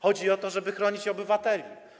Chodzi o to, żeby chronić obywateli.